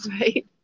right